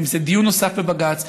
אם זה דיון נוסף בבג"ץ,